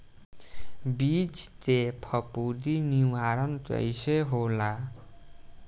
बीज के फफूंदी निवारण कईसे होला?